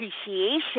appreciation